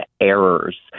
errors